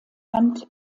hand